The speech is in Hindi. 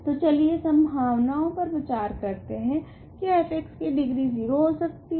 तो चलिये संभावनाओ पर विचार करते है क्या f की डिग्री 0 हो सकती है